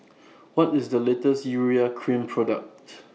What IS The latest Urea Cream Product